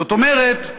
זאת אומרת,